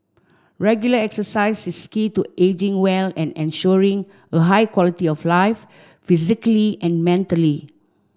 regular exercise is key to ageing well and ensuring a high quality of life physically and mentally